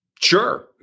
Sure